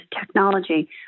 technology